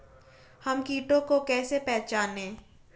हम कीटों को कैसे पहचाने?